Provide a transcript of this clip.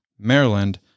Maryland